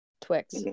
Twix